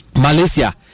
Malaysia